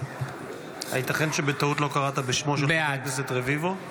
בעד הייתכן שבטעות לא קראת בשמו של חבר הכנסת רביבו?